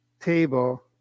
table